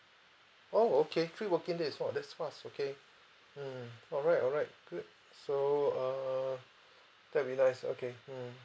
oh okay three working days !wow! that's fast okay hmm alright alright good so uh that okay hmm